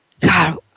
God